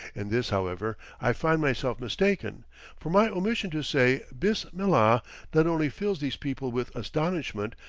in this, however, i find myself mistaken for my omission to say bis-millah not only fills these people with astonishment,